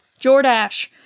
Jordash